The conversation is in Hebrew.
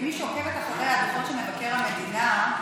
כמי שעוקבת אחרי הדוחות של מבקר המדינה,